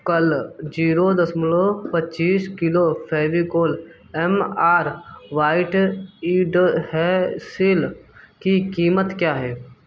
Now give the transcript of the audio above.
कल ज़ीरो दशमलव पच्चीस kilo Fevicol M R white adhesive की कीमत क्या थी